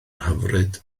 hyfryd